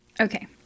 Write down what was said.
okay